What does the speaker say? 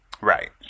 Right